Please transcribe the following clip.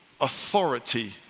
authority